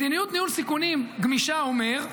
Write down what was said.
מדיניות ניהול סיכונים גמישה אומרת: